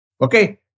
Okay